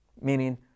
Meaning